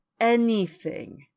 anything